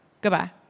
Goodbye